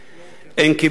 אין כיבוש.